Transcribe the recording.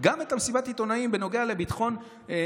גם מסיבת העיתונאים בנוגע לרפורמה,